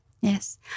Yes